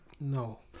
No